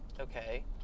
okay